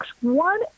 one